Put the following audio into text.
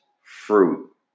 fruit